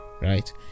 right